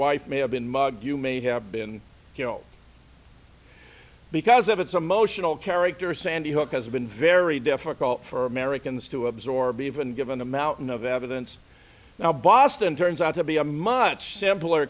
wife may have been mugged you may have been killed because of its emotional character sandy hook has been very difficult for americans to absorb even given the mountain of evidence now boston turns out to be a much simpler